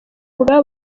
ubwabo